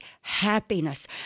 happiness